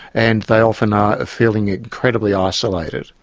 and they often are feeling incredibly isolated.